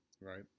right